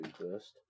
first